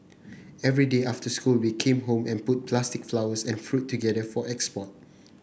every day after school we came home and put plastic flowers and fruit together for export